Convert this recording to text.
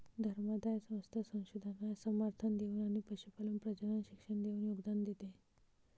धर्मादाय संस्था संशोधनास समर्थन देऊन आणि पशुपालन प्रजनन शिक्षण देऊन योगदान देते